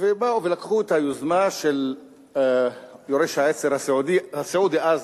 באו ולקחו את היוזמה של יורש העצר הסעודי אז,